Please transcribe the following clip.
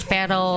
Pero